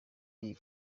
iyi